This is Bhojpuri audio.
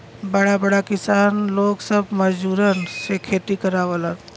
बड़ा बड़ा किसान लोग सब मजूरन से खेती करावलन